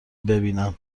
ببینم